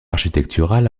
architectural